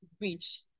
reach